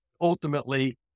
Ultimately